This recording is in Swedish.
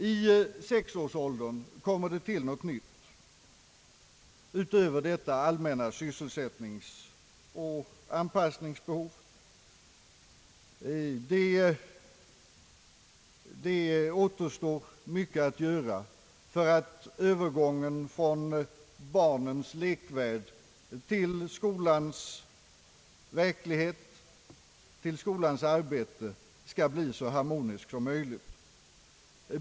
I sexårsåldern tillkommer något nytt utöver detta allmänna sysselsättningsoch anpassningsbehov. Det återstår mycket att göra för att övergången från barnens lekvärld till skolans arbete skall bli så harmonisk som möjligt.